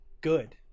good